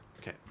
Okay